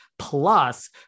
Plus